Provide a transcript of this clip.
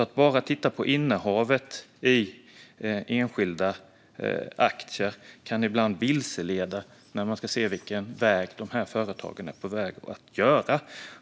Att bara titta på innehavet i enskilda aktier kan ibland vilseleda när man ska se vilken väg de här företagen är på väg att ta.